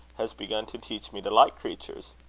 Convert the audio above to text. has begun to teach me to like creatures.